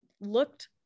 looked